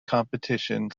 competition